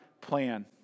plan